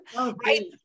right